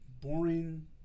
boring